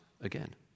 again